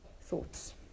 thoughts